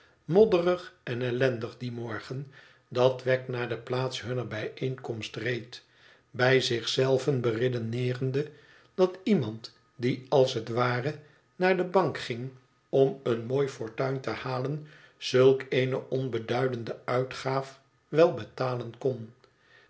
moddeng en ellendig dien morgen dat wegg naar de plaats hunner bijeenkomst reed bij zich zelven beredeneerende dat iemand die als het ware naar de bank ging om een mooi fortuin te halen ztük eene onbeduidende uitgaaf wel betalen kon